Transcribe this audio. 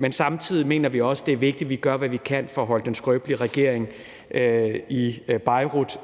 Men samtidig mener vi også, det er vigtigt, at vi gør, hvad vi kan, for at holde den skrøbelige regering i Beirut